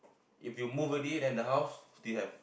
if you move already then the house still have